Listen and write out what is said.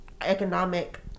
economic